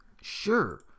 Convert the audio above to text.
Sure